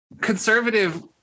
conservative